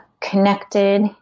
connected